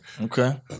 Okay